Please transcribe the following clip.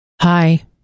Hi